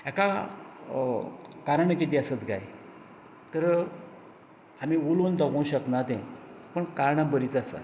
हाका कारणां कितें आसत काय तर आमी उलोवंक जगो शकना तें पण कारणां बरींच आसा